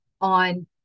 on